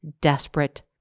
desperate